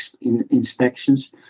inspections